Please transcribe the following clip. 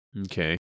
Okay